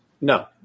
No